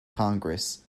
congress